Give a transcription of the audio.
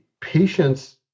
patients